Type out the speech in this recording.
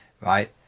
right